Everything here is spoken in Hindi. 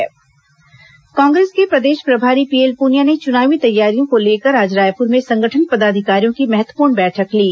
कांग्रेस भाजपा बैठक कांग्रेस के प्रदेश प्रभारी पीएल पुनिया ने चुनावी तैयारियों को लेकर आज रायपुर में संगठन पदाधिकारियों की महत्वपूर्ण बैठक ली